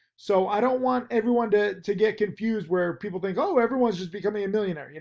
so i don't want everyone to to get confused where people think, oh, everyone's just becoming a millionaire. you know,